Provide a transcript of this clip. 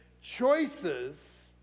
choices